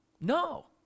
No